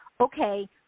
okay